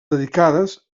dedicades